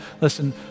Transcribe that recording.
listen